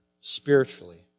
spiritually